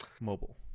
Mobile